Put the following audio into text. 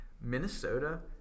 Minnesota –